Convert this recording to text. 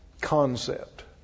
concept